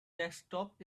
desktop